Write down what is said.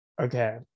Okay